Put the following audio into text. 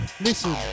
Listen